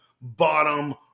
bottom